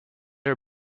her